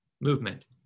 movement